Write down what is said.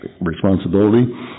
responsibility